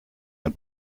ein